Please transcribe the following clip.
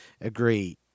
agree